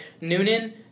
Noonan